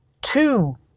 two